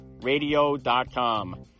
Radio.com